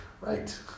right